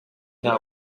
nta